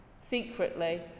secretly